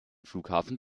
flughafen